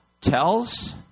tells